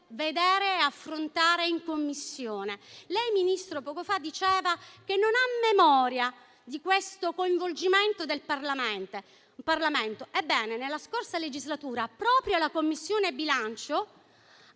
la questione in Commissione. Lei, Ministro, poco fa diceva di non avere memoria di questo coinvolgimento del Parlamento. Ebbene, nella scorsa legislatura proprio la Commissione bilancio